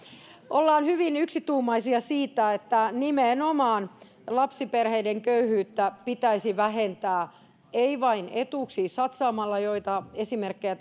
ollaan hyvin yksituumaisia siitä että nimenomaan lapsiperheiden köyhyyttä pitäisi vähentää ei vain etuuksiin satsaamalla joita esimerkkejä